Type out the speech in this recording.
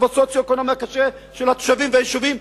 הסוציו-אקונומי הקשה של התושבים והיישובים,